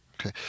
Okay